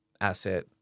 asset